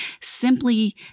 simply